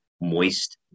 moist